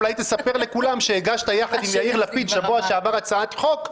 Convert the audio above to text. אולי תספר לכולם שהגשת יחד עם יאיר לפיד בשבוע שעבר הצעת חוק,